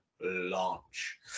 launch